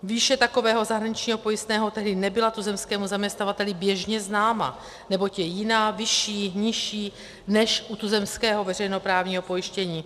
Výše takového zahraničního pojistného tedy nebyla tuzemskému zaměstnavateli běžně známa, neboť je jiná, vyšší, nižší, než u tuzemského veřejnoprávního pojištění.